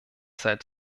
seit